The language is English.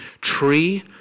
tree